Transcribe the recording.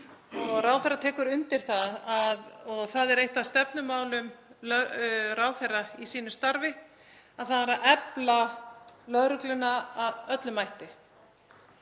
Ráðherra tekur undir það og það er eitt af stefnumálum ráðherra í sínu starfi að efla lögregluna af öllum mætti.